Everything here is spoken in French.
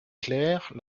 claire